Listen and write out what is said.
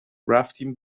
رفتیم